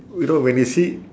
you know when you see